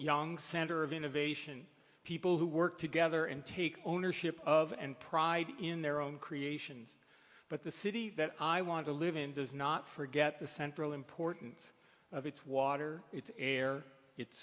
young center of innovation people who work together and take ownership of and pride in their own creations but the city that i want to live in does not forget the central importance of its water its air it